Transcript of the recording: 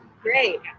Great